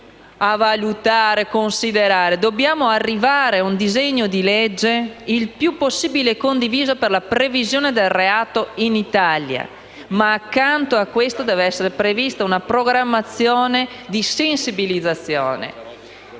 dobbiamo arrivare a un disegno di legge, il più possibile condiviso, per la previsione di tali reati in Italia. Accanto a ciò deve essere prevista una campagna di sensibilizzazione.